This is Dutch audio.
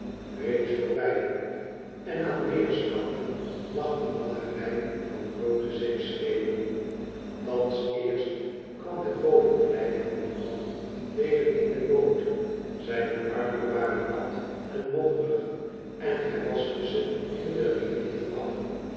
reeds voorbij en aan weerskanten lag eene lange rij van groote zeeschepen thans eerst kwam het bovenlijf van den man weder in de boot zijne armen waren nat en modderig en hij waschte ze in de rivier af